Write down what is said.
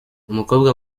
umukobwa